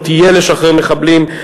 לא תהיה לשחרר מחבלים,